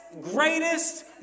greatest